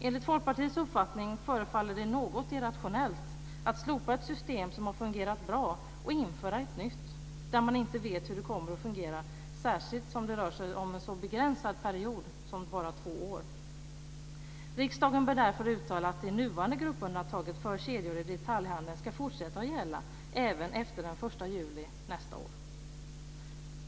Enligt Folkpartiets uppfattning förefaller det något irrationellt att slopa ett system som har fungerat bra och införa ett nytt som man inte vet hur det kommer att fungera, särskilt som det rör sig om en så begränsad period som två år. Riksdagen bör därför uttala att det nuvarande gruppundantaget för kedjor i detaljhandeln ska fortsätta gälla även efter den 1 juli nästa år.